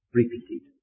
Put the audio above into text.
repeated